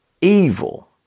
evil